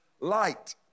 light